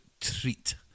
treat